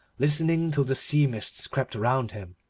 listening till the sea-mists crept round him,